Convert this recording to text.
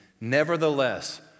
Nevertheless